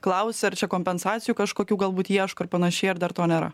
klausia ar čia kompensacijų kažkokių galbūt ieško ir panašiai ar dar to nėra